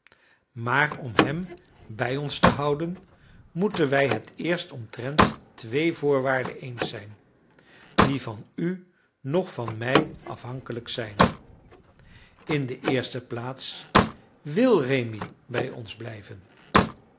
maar om hem bij ons te houden moeten wij het eerst omtrent twee voorwaarden eens zijn die van u noch van mij afhankelijk zijn in de eerste plaats wil rémi bij ons blijven